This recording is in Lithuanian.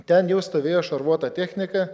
ten jau stovėjo šarvuota technika